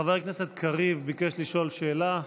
חבר הכנסת קריב ביקש לשאול שאלה.